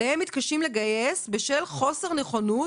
אליהם מתקשים לגייס בשל חוסר נכונות